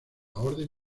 orden